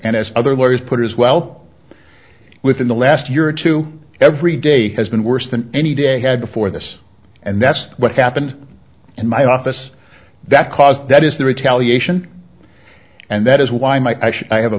and as other lawyers put it as well within the last year or two every day has been worse than any day had before this and that's what happened in my office that caused that is the retaliation and that is why my i have a